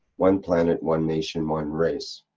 one planet, one nation, one race